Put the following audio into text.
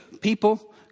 people